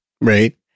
Right